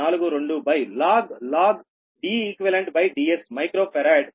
0242log DeqDs micro farad per kilometre